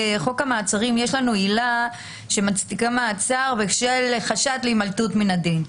בחוק המעצרים יש לנו עילה שמצדיקה מעצר בשל חשד להימלטות מן הדין.